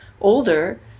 older